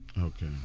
Okay